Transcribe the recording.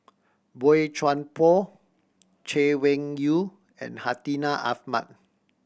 Boey Chuan Poh Chay Weng Yew and Hartinah Ahmad